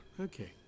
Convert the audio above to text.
Okay